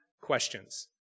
questions